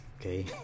okay